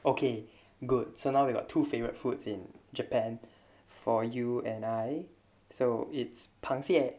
okay good so now you got two favourite foods in japan for you and I so it's 螃蟹